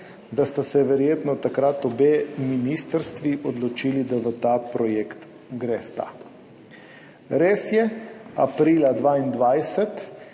da sta se verjetno takrat obe ministrstvi odločili, da v ta projekt gresta. Res je, aprila 2022